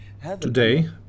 Today